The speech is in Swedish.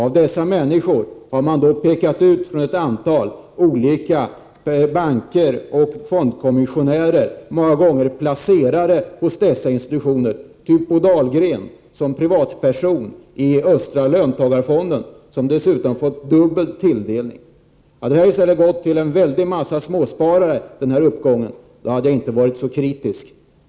Och dessa människor har man tagit från ett antal olika banker och fondkommissionärer, många gånger placerare hos dessa institutioner, t.ex. Bo Dahlgren, från östra löntagarfonden, som privatperson. Han har dessutom fått dubbel tilldelning. Hade detta erbjudande i stället gått till många småsparare hade jag inte varit så kritisk.